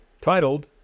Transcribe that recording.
titled